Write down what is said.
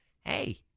hey